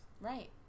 right